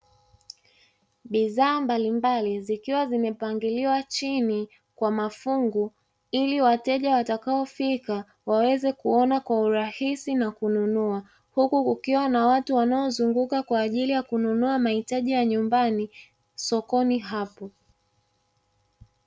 Bidhaa mbalimbali zikiwa zimepangiliwa chini kwa mafungu, ili wateja watakaofika waweze kuona kwa urahisi na kununua. Huku nikiwaona watu wanaozunguka kwa ajili ya kununua mahitaji ya nyumbani sokoni hapa.